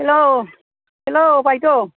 हेल' हेल' बायद'